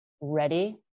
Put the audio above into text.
ready